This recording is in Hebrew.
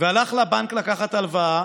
והלך לבנק לקחת הלוואה